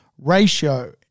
ratio